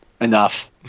enough